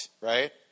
right